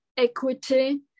equity